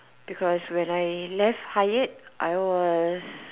because when I left Hyatt I was